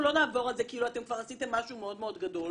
לא נעבור על זה כאילו עשיתם משהו מאוד גדול,